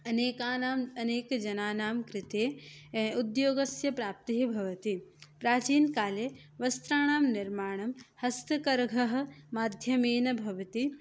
अनेकानाम् अनेकजनानाङ्कृते उद्योगस्य प्राप्तिः भवति प्राचीनकाले वस्त्राणां निर्माणं हस्तकरघः माध्यमेन भवति